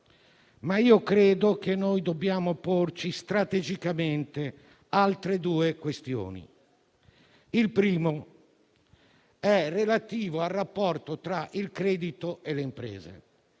ma credo che dobbiamo porci strategicamente altre due questioni. La prima è relativa al rapporto tra il credito e le imprese.